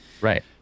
Right